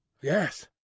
Yes